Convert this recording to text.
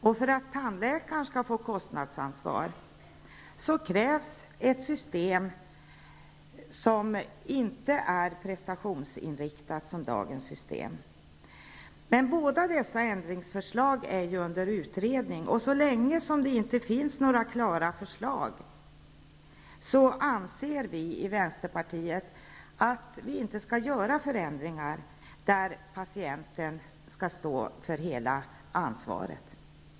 Och för att tandläkaren skall få kostnadsansvar krävs att det införs ett nytt system som inte är prestationsinriktat såsom dagens system. Båda dessa ändringsförslag är under utredning. Så länge som det inte finns några konkreta förslag anser vi i Vänsterpartiet att det inte skall företas några förändringar som innebär att patienten skall stå för hela ansvaret.